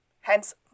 Hence